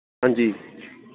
हां जी